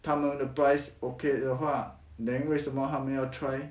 他们 the price okay 的话 then 为什么他们要 try